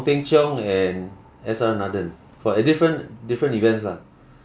teng cheong and S_R nathan for uh different different events lah